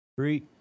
Three